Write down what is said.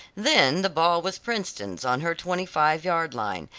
then the ball was princeton's on her twenty-five-yard line,